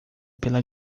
pela